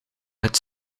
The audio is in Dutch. het